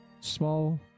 small